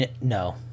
No